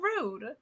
rude